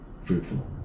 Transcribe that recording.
fruitful